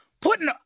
putting